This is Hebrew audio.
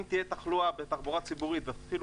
אם תהיה תחלואה בתחבורה הציבורית ויתחילו